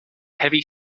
heavy